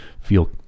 feel